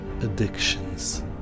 addictions